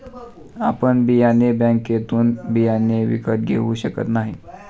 आपण बियाणे बँकेतून बियाणे विकत घेऊ शकत नाही